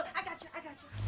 i gotchya, i gotchya.